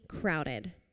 crowded